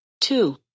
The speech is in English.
Two